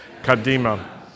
kadima